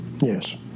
Yes